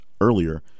earlier